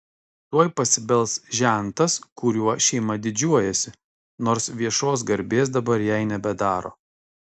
tuoj pasibels žentas kuriuo šeima didžiuojasi nors viešos garbės dabar jai nebedaro